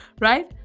right